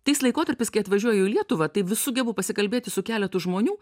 tais laikotarpiais kai atvažiuoju į lietuvą tai vis sugebu pasikalbėti su keletu žmonių